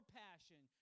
passion